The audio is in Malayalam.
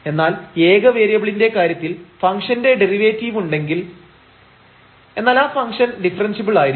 എന്നാൽ ഏക വേരിയബിളിന്റെ കാര്യത്തിൽ ഫംഗ്ഷന്റെ ഡെറിവേറ്റിവുണ്ടെങ്കിൽ എന്നാൽ ആ ഫംഗ്ഷൻ ഡിഫറെൻഷ്യബിൾ ആയിരിക്കും